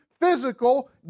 physical